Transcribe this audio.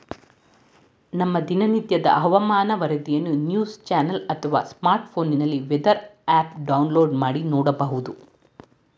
ನಮ್ಮ ದಿನನಿತ್ಯದ ಹವಾಮಾನ ವರದಿಯನ್ನು ನ್ಯೂಸ್ ಚಾನೆಲ್ ಅಥವಾ ಸ್ಮಾರ್ಟ್ಫೋನ್ನಲ್ಲಿ ವೆದರ್ ಆಪ್ ಡೌನ್ಲೋಡ್ ಮಾಡಿ ನೋಡ್ಬೋದು